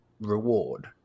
reward